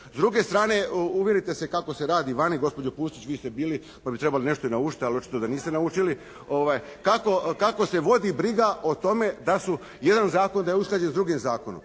S druge strane uvjerite se kako se radi vani, gospođo Pusić vi ste bili pa bi trebali nešto i naučiti, ali očito da niste naučili, kako se vodi briga o tome da su, jedan zakon da je usklađen sa drugim zakonom.